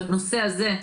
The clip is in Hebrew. בנושא הזה,